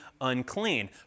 unclean